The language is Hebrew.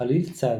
חליל צד,